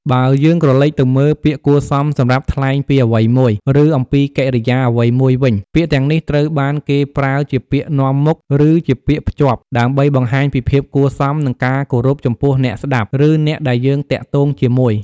បើយើងក្រឡេកទៅមើល ពាក្យគួរសមសម្រាប់ថ្លែងពីអ្វីមួយ ឬអំពីកិរិយាអ្វីមួយវិញ ពាក្យទាំងនេះត្រូវបានគេប្រើជាពាក្យនាំមុខ ឬជាពាក្យភ្ជាប់ ដើម្បីបង្ហាញពីភាពគួរសម និងការគោរពចំពោះអ្នកស្តាប់ ឬអ្នកដែលយើងទាក់ទងជាមួយ។